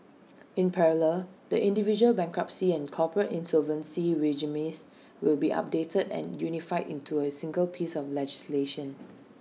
in parallel the individual bankruptcy and corporate insolvency regimes will be updated and unified into A single piece of legislation